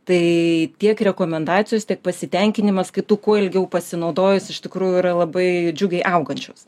tai tiek rekomendacijos tiek pasitenkinimas kitų kuo ilgiau pasinaudojus iš tikrųjų yra labai džiugiai augančios